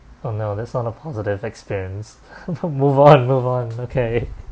oh no that's not a positive experience move on move on okay